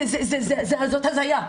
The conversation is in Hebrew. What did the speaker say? זאת הזיה.